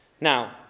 Now